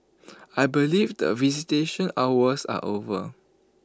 I believe that visitation hours are over